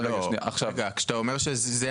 כשאתה אומר שזה